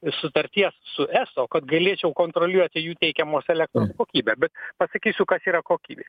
sutarties su eso kad galėčiau kontroliuoti jų teikiamos elektros kokybę bet pasakysiu kas yra kokybė